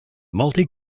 multi